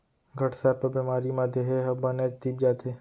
घटसर्प बेमारी म देहे ह बनेच तीप जाथे